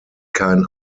kein